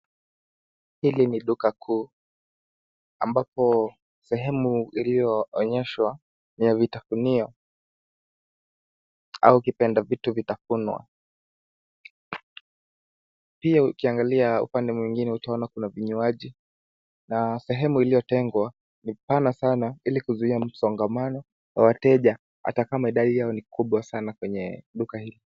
Hili ni duka kuu, ambapo sehemu iliyoonyeshwa ni ya vitafunio au ukipenda vitu vitafunwa. Pia ukiangalia upande mwingine utaona kuna vinywaji na sehemu iliyotengwa ni pana sana ili kuzuia msongamano wa wateja ata kama idadi yao ni kubwa sana kwenye duka hii.